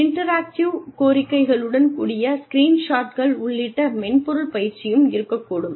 interactive கோரிக்கைகளுடன் கூடிய screen ஷாட்கள் உள்ளிட்ட மென்பொருள் பயிற்சியும் இருக்கக்கூடும்